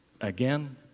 again